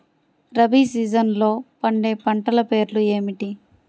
రబీ సీజన్లో పండే పంటల పేర్లు ఏమిటి?